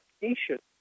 patient